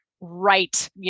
right